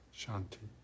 shanti